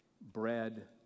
bread